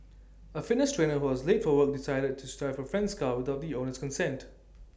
A fitness trainer who was late for work decided tooth drive A friend's car without the owner's consent